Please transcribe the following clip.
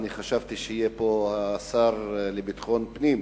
אני חשבתי שיהיה פה השר לביטחון פנים.